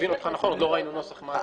עוד לא ראינו את הנוסח.